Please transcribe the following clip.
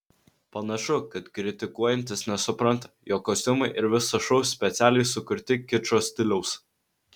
panašu kad kritikuojantys nesupranta jog kostiumai ir visas šou specialiai sukurti kičo stiliaus